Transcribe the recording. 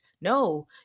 No